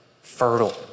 fertile